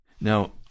Now